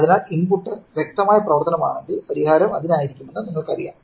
അതിനാൽ ഇൻപുട്ട് വ്യക്തമായ പ്രവർത്തനമാണെങ്കിൽ പരിഹാരം അതിനായിരിക്കുമെന്ന് നിങ്ങൾക്കറിയാം